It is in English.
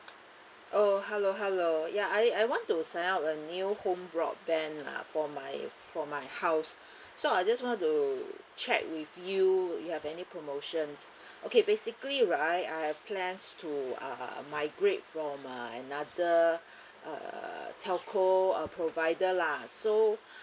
oh hello hello ya I I want to sign up a new home broadband lah for my for my house so I just want to check with you you have any promotions okay basically right I've plans to uh migrate from uh another err telco uh provider lah so